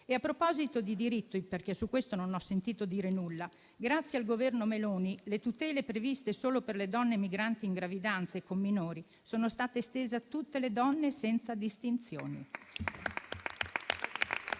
A proposito di diritto non ho sentito dire nulla, ma grazie al Governo Meloni le tutele previste solo per le donne migranti in gravidanza e con minori sono state estese a tutte le donne, senza distinzioni.